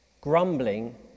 Grumbling